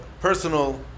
personal